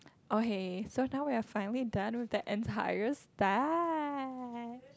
okay so now we're finally done with the entire stack